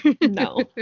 No